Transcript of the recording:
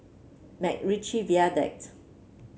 MacRitchie Viaduct